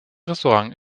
restaurant